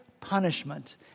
punishment